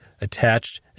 attached